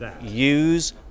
use